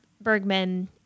Bergman